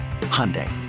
Hyundai